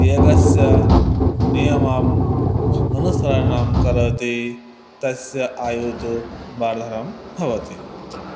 योगस्य नियमम् अनुसरणं करोति तस्य आयुः तु वर्धनं भवति